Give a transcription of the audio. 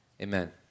Amen